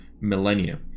millennia